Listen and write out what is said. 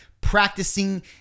practicing